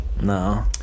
No